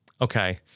Okay